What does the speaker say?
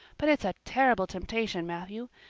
but it's a terrible temptation, matthew.